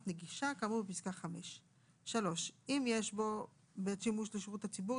נגישה כאמור בפסקה (5); (3)אם יש בו בית שימוש לשירות הציבור,